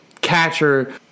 catcher